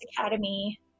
Academy